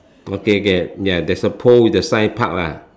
okay okay ya there's a pole with the sign park lah